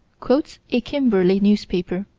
quotes a kimberley newspaper